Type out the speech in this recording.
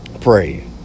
Pray